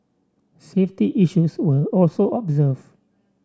safety issues were also observed